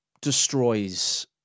destroys